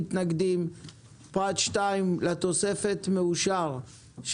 הצבעה אושר פרט 2 לתוספת הארבע-עשרה אושר פה אחד.